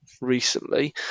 recently